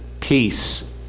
peace